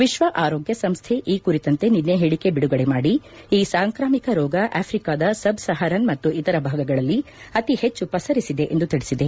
ವಿಶ್ವ ಆರೋಗ್ಲಸಂಸ್ಥೆ ಈ ಕುರಿತಂತೆ ನಿನ್ನೆ ಹೇಳಿಕೆ ಬಿಡುಗಡೆ ಮಾಡಿ ಈ ಸಾಂಕ್ರಾಮಿಕ ರೋಗ ಆಫ್ರಿಕಾದ ಸಬ್ ಸಹರನ್ ಮತ್ತು ಇತರ ಭಾಗಗಳಲ್ಲಿ ಅತಿ ಹೆಚ್ಚು ಪಸರಿಸಿದೆ ಎಂದು ತಿಳಿಸಿದೆ